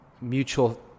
mutual